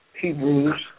Hebrews